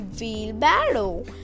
wheelbarrow